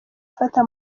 afata